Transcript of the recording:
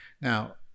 Now